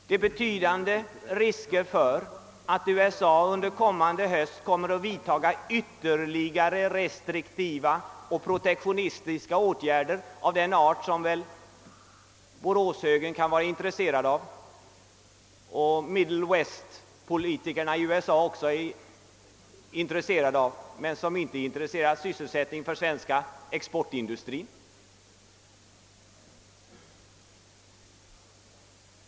Det föreligger risk för att USA under kommande höst vidtar ytterligare restriktiva och protektionistiska åtgärder av den art som kanske boråshögern kan vara intresserad av och Middle Westpolitikerna i USA också är intresserade av men som inte är till fördel för sysselsättningen inom den svenska exportindustrin.